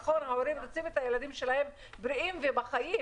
נכון, ההורים רוצים את הילדים שלהם בריאים ובחיים,